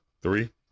three